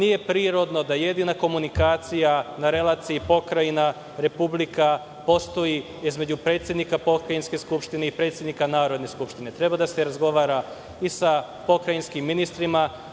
nije prirodno da jedina komunikacija na relaciji pokrajina-republika postoji između predsednika pokrajinske skupštine i predsednika Narodne skupštine. Treba da se razgovara i sa pokrajinskim ministrima